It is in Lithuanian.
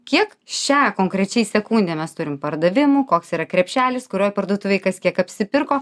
kiek šią konkrečiai sekundę mes turim pardavimų koks yra krepšelis kurioj parduotuvėj kas kiek apsipirko